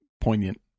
poignant